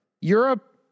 Europe